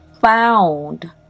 found